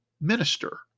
minister